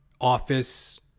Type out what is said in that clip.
office